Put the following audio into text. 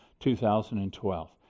2012